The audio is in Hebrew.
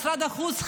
משרד החוץ,